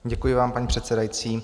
Děkuji vám, paní předsedající.